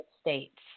States